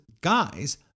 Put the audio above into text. guys